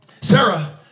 Sarah